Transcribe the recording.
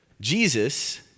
Jesus